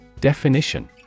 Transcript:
Definition